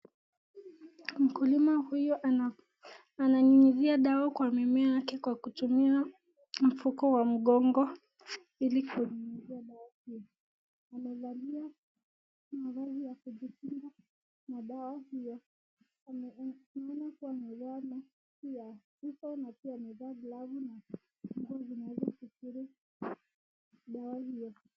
Mkulima huyo ananyunyizia dawa kwa mimea yake kwa kutumia mfuko wa mgongo ili kunyunyizia dawa hiyo. Amevalia mavazi ya kujikinga na dawa hiyo. Anaonekana kuwa na miwani pia, viso na pia amevaa gloves na nguo zinazoweza kuzuia dawa hiyo.